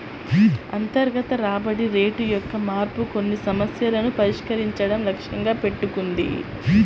అంతర్గత రాబడి రేటు యొక్క మార్పు కొన్ని సమస్యలను పరిష్కరించడం లక్ష్యంగా పెట్టుకుంది